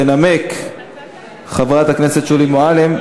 תנמק חברת הכנסת שולי מועלם.